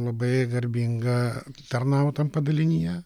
labai garbinga tarnaut tam padalinyje